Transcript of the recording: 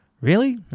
Really